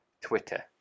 Twitter